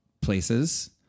places